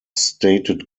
stated